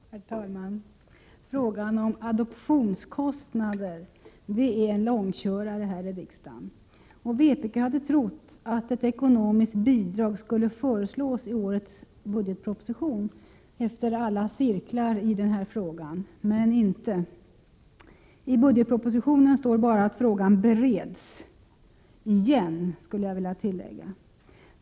Herr talman! Frågan om adoptionskostnader är en långkörare i riksdagen. Vpk hade trott att ett ekonomiskt bidrag skulle föreslås i årets budgetproposition efter alla cirklar i denna fråga. Men inte. I budgetpropositionen står bara att frågan bereds. Igen, skulle jag vilja tillägga.